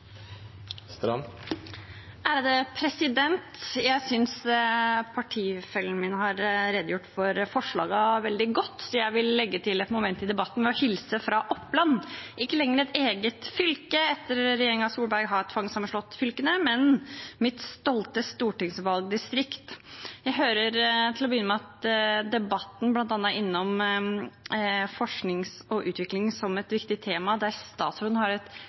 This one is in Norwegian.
et moment i debatten ved å hilse fra Oppland – ikke lenger et eget fylke etter at regjeringen Solberg har tvangssammenslått fylkene, men mitt stolte stortingsvalgdistrikt. Jeg hører at debatten til å begynne med bl.a. er innom forskning og utvikling som et viktig tema, der statsråden har